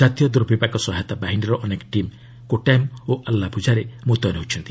ଜାତୀୟ ଦୂର୍ବିପାକ ସହାୟତା ବାହିନୀର ଅନେକ ଟିମ୍ କୋଟାୟମ୍ ଓ ଆଲାପ୍ରଝାରେ ମ୍ରତୟନ ହୋଇଛନ୍ତି